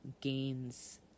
gains